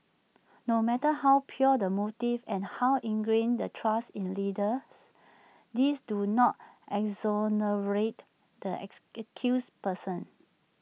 no matter how pure the motives and how ingrained the trust in leaders these do not exonerate the ex accused persons